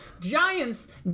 giants